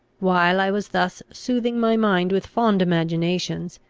while i was thus soothing my mind with fond imaginations,